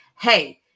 Hey